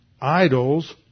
idols